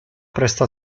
prestò